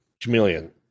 Chameleon